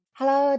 Hello